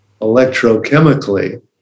electrochemically